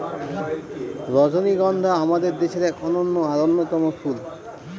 রজনীগন্ধা আমাদের দেশের এক অনন্য আর অন্যতম ফুল